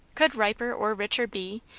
could riper or richer be,